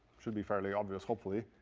should be fairly obvious hopefully.